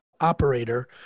operator